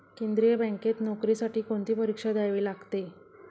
केंद्रीय बँकेत नोकरीसाठी कोणती परीक्षा द्यावी लागते?